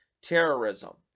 terrorism